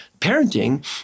parenting